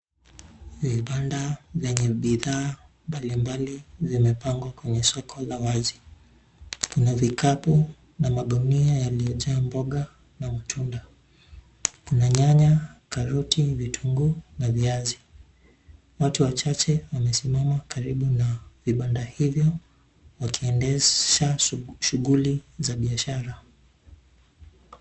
Vibanda vyenye bidhaa mbalimbali vimepangwa kwenye soko la wazi, kuna vikapu na magunia yaliyojaa mboga na matunda. Kuna nyanya, karoti, vitunguu na viazi. Watu wachache wamesimama karibu na vibanda hivyo wakiendesha shughuli za kibiashara.